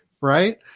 right